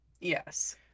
Yes